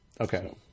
Okay